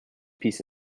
piece